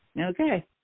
okay